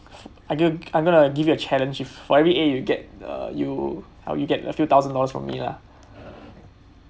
I g~ I gonna give you a challenge if for every A you get uh you you get a few thousand dollars from me lah